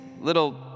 little